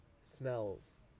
smells